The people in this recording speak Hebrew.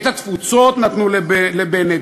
את התפוצות נתנו לבנט.